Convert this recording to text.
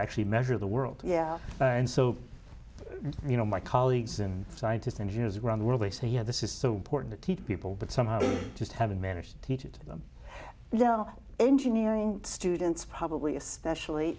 actually measure the world yeah and so you know my colleagues and scientists engineers around the world they say you know this is so important to teach people but somehow they just haven't managed to teach it to them you know engineering students probably especially